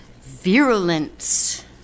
virulence